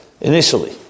initially